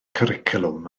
cwricwlwm